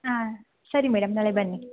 ಹಾಂ ಸರಿ ಮೇಡಮ್ ನಾಳೆ ಬನ್ನಿ